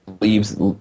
leaves